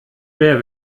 mehr